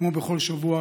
כמו בכל שבוע,